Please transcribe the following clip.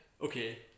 okay